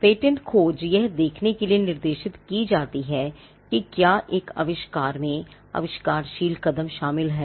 patent खोज यह देखने के लिए निर्देशित की जाती है कि क्या एक आविष्कार में एक आविष्कारशील कदम शामिल है